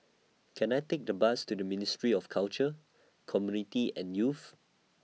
Can I Take The Bus to The Ministry of Culture Community and Youth